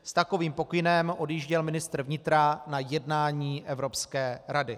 S takovým pokynem odjížděl ministr vnitra na jednání Evropské rady.